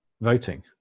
voting